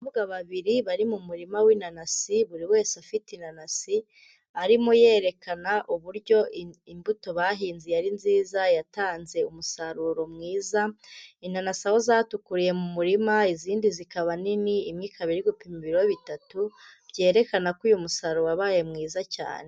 Abakobwa babiri bari mu murima w'inanasi buri wese ufite inanasi, arimo yerekana uburyo imbuto bahinze yari nziza yatanze umusaruro mwiza, inanasi aho zatukuriye mu murima izindi zikaba nini, imwe ikaba iri gupima ibiro bitatu, byerekana ko uyu musaruro wabaye mwiza cyane.